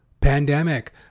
pandemic